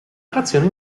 trazione